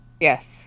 Yes